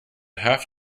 have